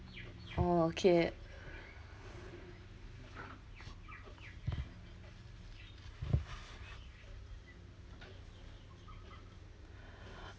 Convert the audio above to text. oh okay